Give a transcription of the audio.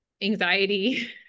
anxiety